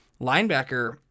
linebacker